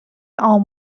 عام